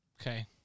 Okay